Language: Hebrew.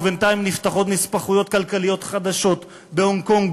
ובינתיים נפתחות נספחויות כלכליות חדשות בהונג-קונג,